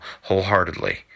wholeheartedly